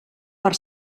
per